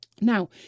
Now